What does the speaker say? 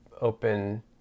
open